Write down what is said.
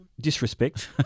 disrespect